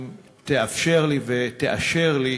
אם תאפשר לי ותאשר לי,